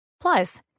Plus